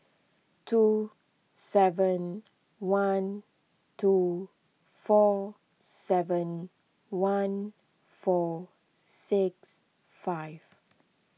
two seven one two four seven one four six five